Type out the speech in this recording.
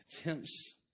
attempts